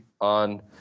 on